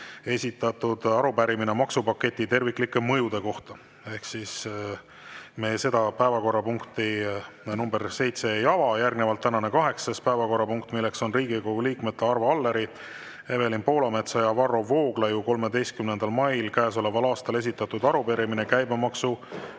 esitatud arupärimine maksupaketi terviklike mõjude kohta. Me seitsmendat päevakorrapunkti ei ava. Järgnevalt tänane kaheksas päevakorrapunkt, milleks on Riigikogu liikmete Arvo Alleri, Evelin Poolametsa ja Varro Vooglaiu 13. mail käesoleval aastal esitatud arupärimine käibemaksu